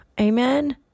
Amen